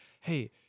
Hey